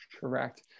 Correct